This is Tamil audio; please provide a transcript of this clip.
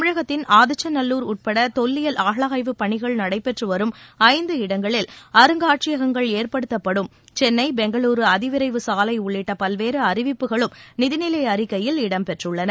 தமிழகத்தின் ஆதிச்சநல்லூர் உட்பட தொல்லியல் அகழாய்வுப் பனிகள் நடைபெற்று வரும் ஐந்து இடங்களில் அருங்காட்சியகங்கள் ஏற்படுத்தப்படும் சென்னை பெங்களூரு அதிவிரைவுச் சாலை உள்ளிட்ட பல்வேறு அறிவிப்புகளும் நிதிநிலை அறிக்கையில் இடம்பெற்றுள்ளன